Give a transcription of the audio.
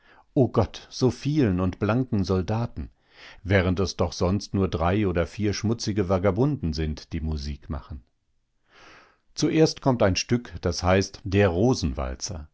o gott so vielen und blanken soldaten während es doch sonst nur drei oder vier schmutzige vagabunden sind die musik machen zuerst kommt ein stück das heißt der rosenwalzer